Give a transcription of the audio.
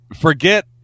forget